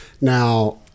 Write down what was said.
Now